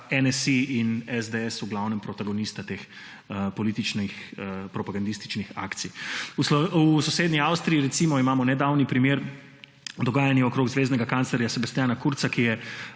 NSi in SDS v glavnem protagonista teh političnih propagandističnih akcij. V sosednji Avstriji, recimo, imamo nedavni primer dogajanja okrog zveznega kanclerja Sebastiana Kurza, ki je